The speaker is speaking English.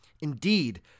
Indeed